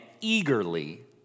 eagerly